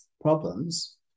problems